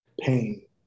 pain